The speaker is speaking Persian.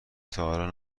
تاحالا